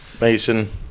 Mason